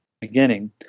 beginning